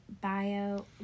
bio